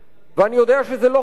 ואני יודע שזה לא חריג,